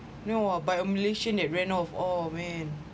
you know ah by a malaysian that ran off oh man